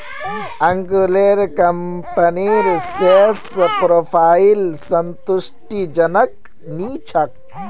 अंकलेर कंपनीर sales profile संतुष्टिजनक नी छोक